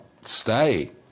stay